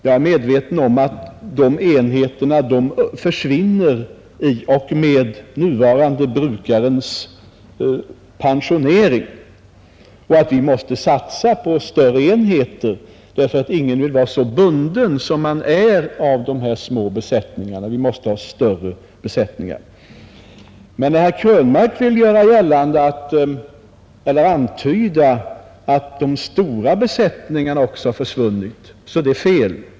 Jag är medveten om att de enheterna försvinner i och med nuvarande brukarens pensionering och att vi måste satsa på större enheter, därför att ingen vill vara så bunden som man är av dessa små besättningar. Det måste vara större besättningar. Men när herr Krönmark vill antyda att de stora besättningarna också har försvunnit är det fel.